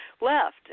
left